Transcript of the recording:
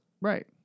Right